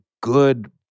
good